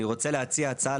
ואני רוצה להציע הצעה